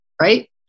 right